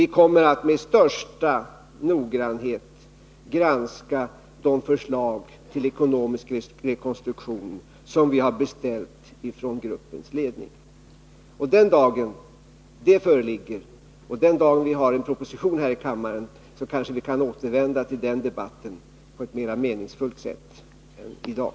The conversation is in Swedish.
Vi kommer att med största noggrannhet granska de förslag till ekonomisk rekonstruktion som vi har beställt av gruppens ledning. Den dagen förslagen föreligger, och då vi har en proposition för behandling här i kammaren, kan vi kanske återkomma och föra en mera meningsfull debatt än i dag.